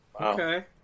Okay